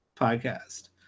podcast